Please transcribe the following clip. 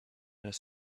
his